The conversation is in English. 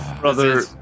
Brother